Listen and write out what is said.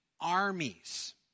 armies